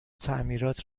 تعمیرات